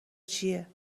چیه